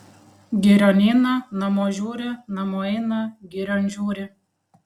girion eina namo žiūri namo eina girion žiūri